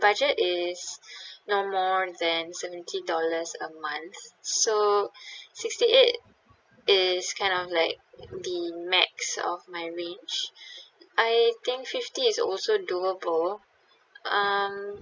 budget is no more than seventy dollars a month so sixty eight is kind of like the max of my range I think fifty is also doable um